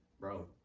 bro